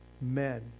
men